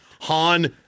Han